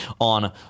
on